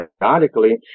periodically